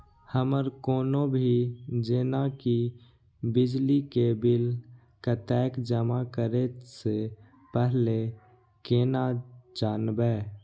हमर कोनो भी जेना की बिजली के बिल कतैक जमा करे से पहीले केना जानबै?